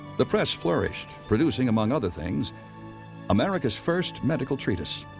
the press flourished, producing among other things america's first medical treatise,